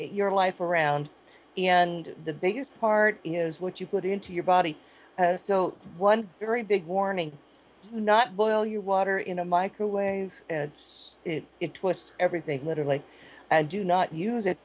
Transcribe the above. your life around and the biggest part is what you put into your body so one very big warning not boil your water in a microwave it's it twist everything literally and do not use it